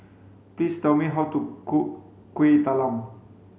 please tell me how to cook kuih talam